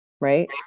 right